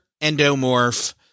endomorph